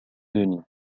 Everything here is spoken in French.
denis